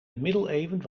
middeleeuwen